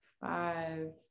five